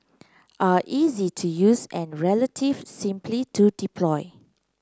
are easy to use and relative simply to deploy